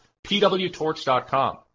pwtorch.com